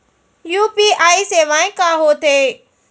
UPI सेवाएं का होथे